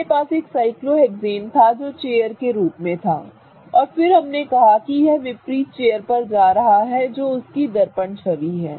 हमारे पास एक साइक्लोहेक्सेन था जो चेयर के रूप में था और फिर हमने कहा कि यह इस विपरीत चेयर पर जा रहा है जो उसकी दर्पण छवि है